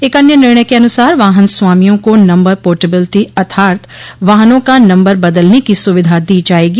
एक अन्य निर्णय के अनुसार वाहन स्वामियों को नम्बर पोटबिलिटी अर्थात वाहनों का नम्बर बदलने की सुविधा दी जायेगी